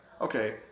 okay